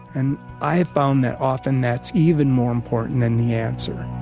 and i have found that often that's even more important than the answer